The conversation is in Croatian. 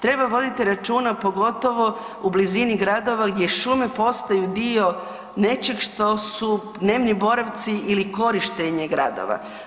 Treba voditi računa pogotovo u blizini gradova gdje šume postaju dio nečeg što su dnevni boravci ili korištenje gradova.